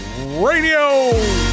Radio